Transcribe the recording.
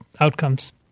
outcomes